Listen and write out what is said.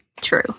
True